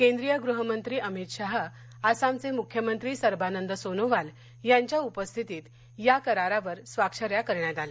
केंद्रीय गृहमंत्री अमित शाह आसामचे मुख्यमंत्री सर्वानंद सोनोवाल यांच्या उपस्थितीत या करारावर स्वाक्षऱ्या करण्यात आल्या